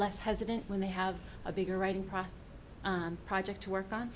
less hesitant when they have a bigger writing process project to work on